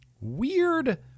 weird